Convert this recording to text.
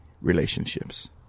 relationships